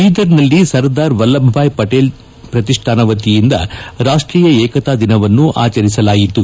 ಬೀದರ್ನಲ್ಲಿ ಸರ್ದಾರ್ ವಲ್ಲಭ ಭಾಯ್ ಪಟೇಲ್ ಪ್ರತಿಷ್ಠಾನ ವತಿಯಿಂದ ರಾಷ್ಷೀಯ ಏಕತಾ ದಿನವನ್ನು ಆಚರಿಸಲಾಯಿತು